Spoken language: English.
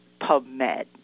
PubMed